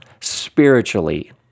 spiritually